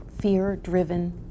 fear-driven